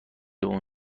اون